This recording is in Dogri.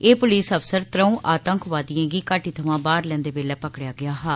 एह् पुलस अफसर त्रऊं आतंकवादिएं गी घाटी थमां बाहर लैंदे बेल्लै पकड़ेआ गेआ हा